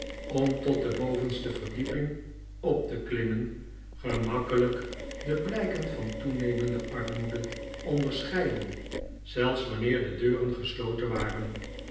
om tot de bovenste verdieping op te klimmen gemakkelijk de blijken van toenemende armoede onderscheiden zelfs wanneer de deuren gesloten waren